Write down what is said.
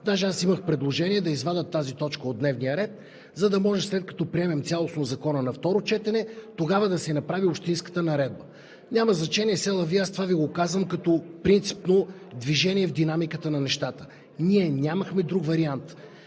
Даже аз имах предложение да извадят тази точка от дневния ред, за да може, след като приемем цялостно Закона на второ четене, да се направи общинската наредба. Няма значение, c'est la vie, аз Ви го казвам като принципно движение в динамиката на нещата. Ние нямахме друг вариант.